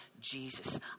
Jesus